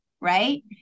right